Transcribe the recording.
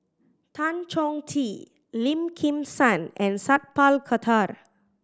Tan Chong Tee Lim Kim San and Sat Pal Khattar